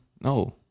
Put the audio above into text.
No